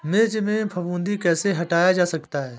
मिर्च में फफूंदी कैसे हटाया जा सकता है?